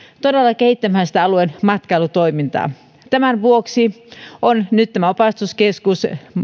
todella kehittämään sitä alueen matkailutoimintaa tämän vuoksi on nyt tämä opastuskeskus